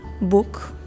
book